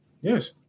Yes